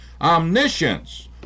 omniscience